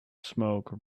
smoke